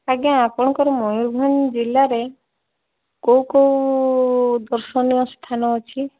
ଆଜ୍ଞା ଆପଣଙ୍କର ମଯୁରଭଞ୍ଜ ଜିଲ୍ଲାରେ କେଉଁ କେଉଁ ଦର୍ଶନୀୟ ସ୍ଥାନ ଅଛି